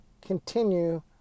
continue